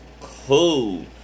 Cool